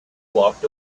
walked